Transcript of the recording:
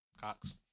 Cox